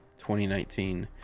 2019